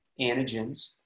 antigens